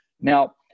Now